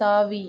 தாவி